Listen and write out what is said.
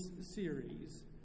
series